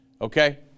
Okay